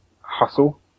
Hustle